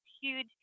huge